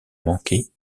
manquée